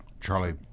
Charlie